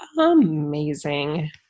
amazing